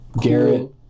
Garrett